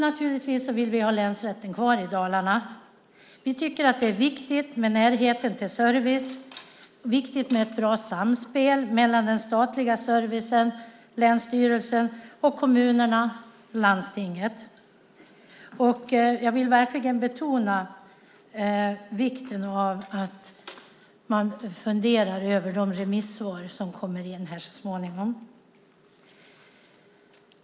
Naturligtvis vill vi ha länsrätten kvar i Dalarna. Vi tycker att det är viktigt med närheten till service, ett bra samspel mellan den statliga servicen, länsstyrelsen, kommunerna och landstinget. Jag vill verkligen betona vikten av att man funderar över de remissvar som så småningom kommer in.